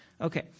Okay